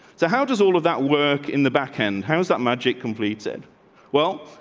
so how does all of that work in the back end? how's that magic complete said well,